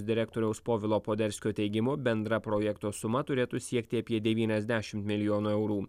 direktoriaus povilo poderskio teigimu bendra projekto suma turėtų siekti apie devyniasdešimt milijonų eurų